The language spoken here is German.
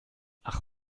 ach